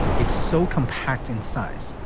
it's so compact in size.